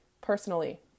personally